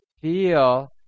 feel